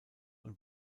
und